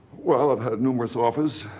well i've had numerous offers.